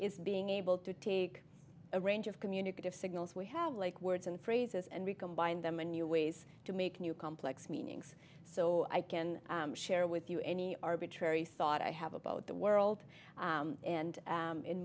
is being able to take a range of communicative signals we have like words and phrases and we combine them in new ways to make new complex meanings so i can share with you any arbitrary thought i have about the world and